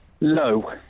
Low